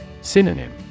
Synonym